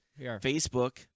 Facebook